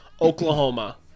Oklahoma